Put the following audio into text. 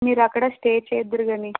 మీరు అక్కడ స్టే చేద్దురుగాని